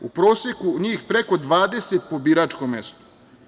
U proseku njih preko 20 po biračkom mestu.